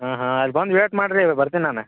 ಹ್ಞೂ ಹ್ಞೂ ಅಲ್ಲಿ ಬಂದು ವೇಟ್ ಮಾಡ್ರಿ ಈಗ ಬರ್ತೀನಿ ನಾನು